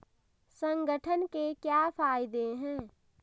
संगठन के क्या फायदें हैं?